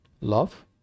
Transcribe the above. Love